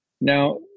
Now